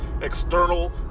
external